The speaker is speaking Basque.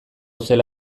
zela